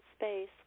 space